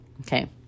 Okay